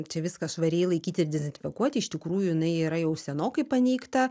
čia viską švariai laikyti ir dezinfekuoti iš tikrųjų jinai yra jau senokai paneigta